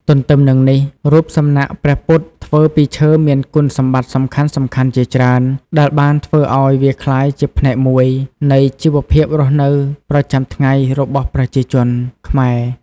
ទន្ទឹមនឹងនេះ រូបសំណាកព្រះពុទ្ធធ្វើពីឈើមានគុណសម្បត្តិសំខាន់ៗជាច្រើន ដែលបានធ្វើឱ្យវាក្លាយជាផ្នែកមួយនៃជីវភាពរស់នៅប្រចាំថ្ងៃរបស់ប្រជាជនខ្មែរ។